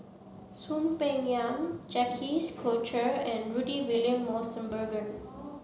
Soon Peng Yam Jacques De Coutre and Rudy William Mosbergen